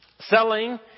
Selling